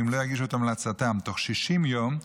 ואם הם לא יגישו את המלצתם תוך 60 יום,